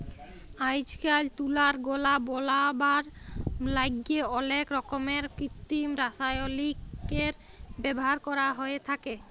আইজকাইল তুলার গলা বলাবার ল্যাইগে অলেক রকমের কিত্তিম রাসায়লিকের ব্যাভার ক্যরা হ্যঁয়ে থ্যাকে